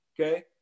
okay